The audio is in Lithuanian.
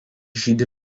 žydi